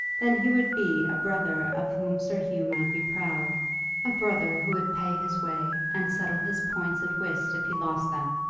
then he would be a brother of whom sir hugh might be proud a brother who would pay his way, and settle his points at whist if he lost them,